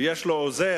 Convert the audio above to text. יש לו עוזר,